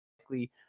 likely